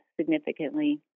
significantly